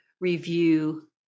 review